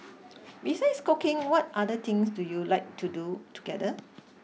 besides cooking what other things do you like to do together